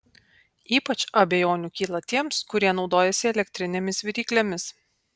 ypač abejonių kyla tiems kurie naudojasi elektrinėmis viryklėmis